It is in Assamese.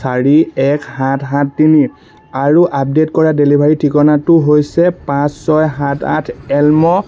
চাৰি এক সাত সাত তিনি আৰু আপডে'ট কৰা ডেলিভাৰী ঠিকনাটো হৈছে পাঁচ ছয় সাত আঠ এল্ম